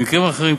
במקרים אחרים,